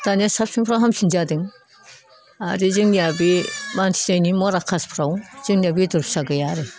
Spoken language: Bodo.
दानिया साबसिननिफ्राय हामसिन जादों आरो जोंनिया बे मानसिनि मरा कासफ्राव जोंनो बेदर फिसा गैया आरो